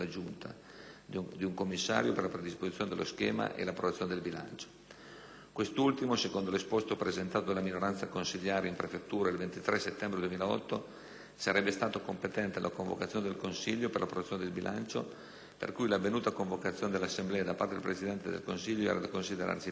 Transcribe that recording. di un commissario per la predisposizione dello schema e l'approvazione del bilancio. Quest'ultimo, secondo l'esposto presentato dalla minoranza consiliare in prefettura il 23 settembre 2008, sarebbe stato competente alla convocazione del consiglio per l'approvazione del bilancio per cui l'avvenuta convocazione dell'assemblea da parte del Presidente del Consiglio era da considerarsi illegittima.